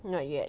not yet